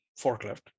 forklift